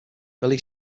billy